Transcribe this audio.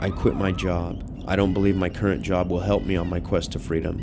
i quit my job i don't believe my current job will help me on my quest to freedom